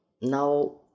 now